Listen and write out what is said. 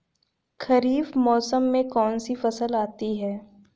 खरीफ मौसम में कौनसी फसल आती हैं?